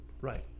right